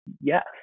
Yes